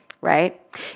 right